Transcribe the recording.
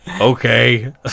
okay